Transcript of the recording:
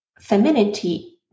femininity